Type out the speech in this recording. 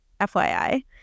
FYI